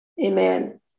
Amen